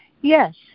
yes